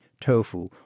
tofu